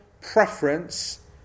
preference